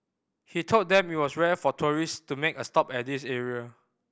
he told them it was rare for tourist to make a stop at this area